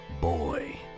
boy